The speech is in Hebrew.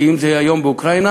כי אם היום זה באוקראינה,